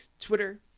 twitter